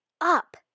up